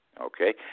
okay